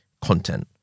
content